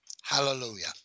Hallelujah